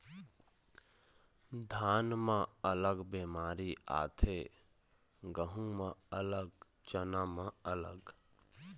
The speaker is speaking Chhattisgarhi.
धान म अलग बेमारी आथे, गहूँ म अलग, चना म अलग